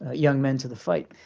ah young men to the fight.